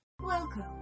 Welcome